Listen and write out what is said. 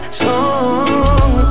song